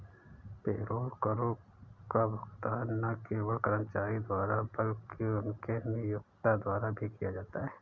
payroll करों का भुगतान न केवल कर्मचारी द्वारा बल्कि उनके नियोक्ता द्वारा भी किया जाता है